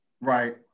right